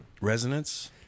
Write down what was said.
resonance